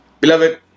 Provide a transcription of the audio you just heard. Beloved